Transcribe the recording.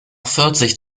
vierzig